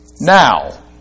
now